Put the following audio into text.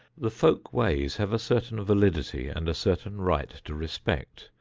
the folk-ways have a certain validity and a certain right to respect,